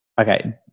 Okay